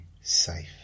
safe